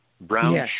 Brown